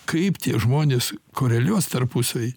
kaip tie žmonės koreliuos tarpusavy